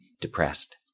depressed